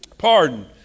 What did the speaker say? pardon